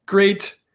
great.